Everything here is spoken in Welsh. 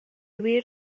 wir